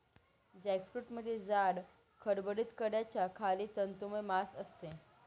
जॅकफ्रूटमध्ये जाड, खडबडीत कड्याच्या खाली तंतुमय मांस असते